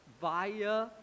via